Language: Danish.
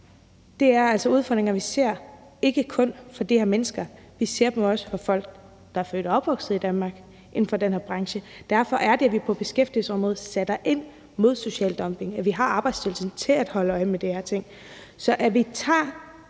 er der altså ikke kun for de her mennesker, men vi ser dem også for folk, der er født og opvokset i Danmark, og som er inden for den her branche. Derfor er det, at vi på beskæftigelsesområdet sætter ind mod social dumping, og at vi har Arbejdstilsynet til at holde øje med de her ting. Så at vi skriver